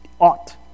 Ought